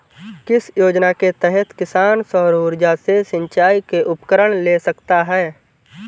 किस योजना के तहत किसान सौर ऊर्जा से सिंचाई के उपकरण ले सकता है?